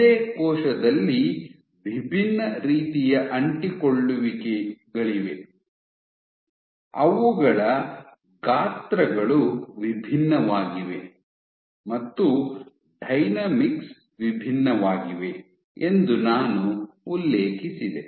ಒಂದೇ ಕೋಶದಲ್ಲಿ ವಿಭಿನ್ನ ರೀತಿಯ ಅಂಟಿಕೊಳ್ಳುವಿಕೆಗಳಿವೆ ಅವುಗಳ ಗಾತ್ರಗಳು ವಿಭಿನ್ನವಾಗಿವೆ ಮತ್ತು ಡೈನಾಮಿಕ್ಸ್ ವಿಭಿನ್ನವಾಗಿವೆ ಎಂದು ನಾನು ಉಲ್ಲೇಖಿಸಿದೆ